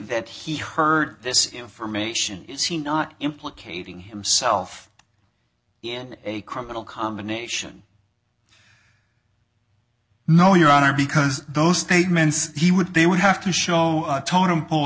that he heard this information is he not implicating himself in a criminal combination no your honor because those statements he would they would have to show totem pol